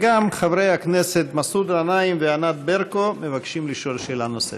וגם חברי הכנסת מסעוד גנאים וענת ברקו מבקשים לשאול שאלה נוספת.